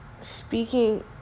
speaking